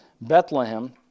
Bethlehem